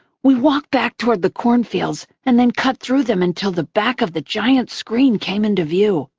we walked back toward the cornfields, and then cut through them until the back of the giant screen came into view.